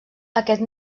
aquest